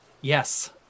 Yes